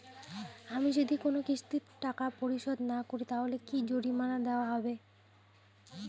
আমি যদি কোন কিস্তির টাকা পরিশোধ না করি তাহলে কি জরিমানা নেওয়া হবে?